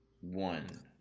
one